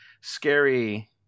scary